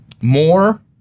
more